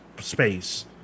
space